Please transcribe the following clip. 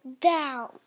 down